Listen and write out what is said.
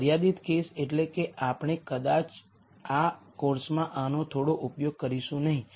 મર્યાદિત કેસ એટલે કે આપણે કદાચ આ કોર્સમાં આનો થોડો ઉપયોગ કરીશું નહીં